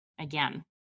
again